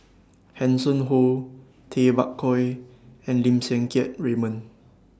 Hanson Ho Tay Bak Koi and Lim Siang Keat Raymond